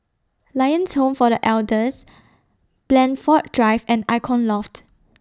Lions Home For The Elders Blandford Drive and Icon Loft